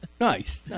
Nice